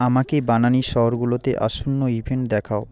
আমাকে বানানি শহরগুলোতে আসন্ন ইভেন্ট দেখাও